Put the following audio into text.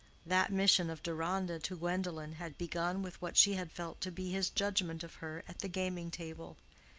that mission of deronda to gwendolen had begun with what she had felt to be his judgment of her at the gaming-table.